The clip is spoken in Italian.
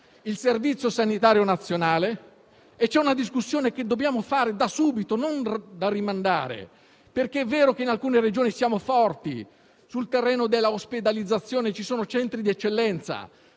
il Servizio sanitario nazionale e una discussione che dobbiamo fare da subito, non da rimandare. È vero infatti che in alcune Regioni siamo forti e che sul terreno dell'ospedalizzazione ci sono centri di eccellenza,